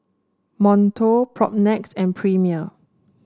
Monto Propnex and Premier